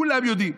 כולם יודעים,